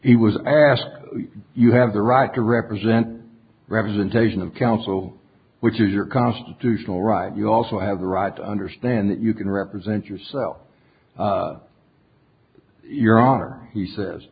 he was asked you have the right to represent representation of counsel which is your constitutional right you also have the right to understand that you can represent yourself your honor he says